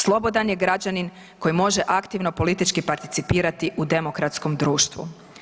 Slobodan je građanin koji može aktivno politički participirati u demokratskom društvu.